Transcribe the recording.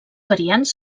variants